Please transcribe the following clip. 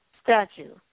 Statue